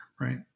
Right